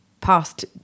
past